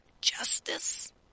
justice